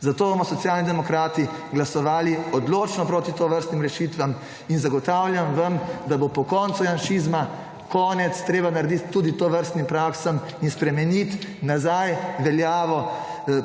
Zato bomo Socialni demokrati glasovali odločno proti tovrstnim rešitvam. In zagotavljam vam, da bo po koncu janšizma konec treba narediti tudi tovrstnim praksam in spremeniti nazaj veljavo,